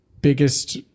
biggest